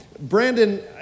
Brandon